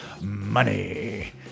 Money